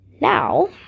now